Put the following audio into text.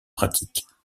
pratiques